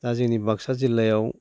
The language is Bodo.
दा जोंनि बाक्सा जिल्लायाव